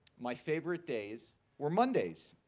my favorite days were mondays.